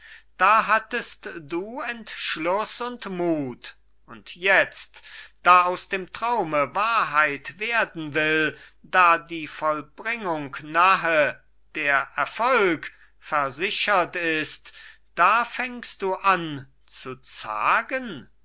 da hattest du entschluß und mut und jetzt da aus dem traume wahrheit werden will da die vollbringung nahe der erfolg versichert ist da fängst du an zu zagen